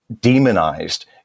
demonized